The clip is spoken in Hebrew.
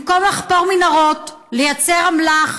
במקום לחפור מנהרות, לייצר אמל"ח,